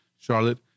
Charlotte